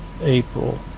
April